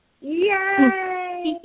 Yay